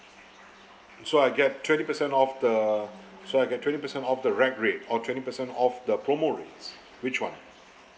so I get twenty percent off the so I get twenty percent off the rack rate or twenty percent off the promo rates which [one]